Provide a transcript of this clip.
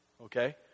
Okay